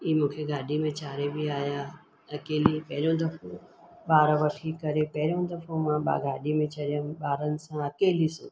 इहे मूंखे गाॾीअ ते चाढ़े बि आहिया अकेली पहिरियों दफ़ो ॿार वठी करे पहिरियों दफ़ो मां गाॾीअ में चढ़ियमि ॿारनि सां अकेली